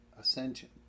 ascension